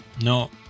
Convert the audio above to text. No